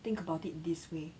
think about it this way